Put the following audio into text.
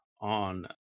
on